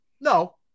No